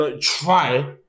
Try